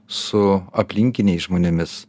su aplinkiniais žmonėmis